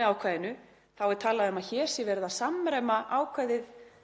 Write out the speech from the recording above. með ákvæðinu er talað um að hér sé verið að samræma ákvæðið